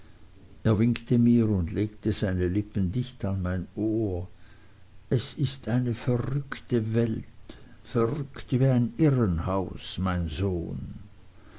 er winkte mir und legte seine lippen dicht an mein ohr es ist eine verrückte welt verrückt wie ein irrenhaus mein sohn